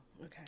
okay